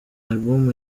album